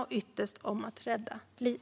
Ytterst handlar det om att rädda liv.